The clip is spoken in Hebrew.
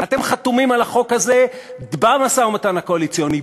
אתם חתומים על החוק הזה במשא-ומתן הקואליציוני,